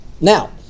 Now